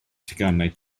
teganau